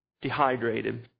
dehydrated